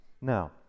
Now